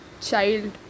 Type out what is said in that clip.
child